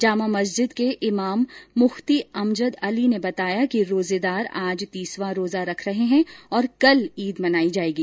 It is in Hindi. जामा मॉस्जिद के इमाम मुफ्ती अमजद अली ने बेताया कि आज रोजेदार तीसवां रोजा रखेंगे और कल ईद मनाई जाएगी